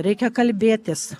reikia kalbėtis